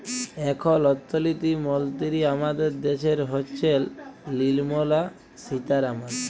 এখল অথ্থলিতি মলতিরি আমাদের দ্যাশের হচ্ছেল লির্মলা সীতারামাল